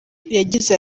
yagize